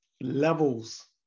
levels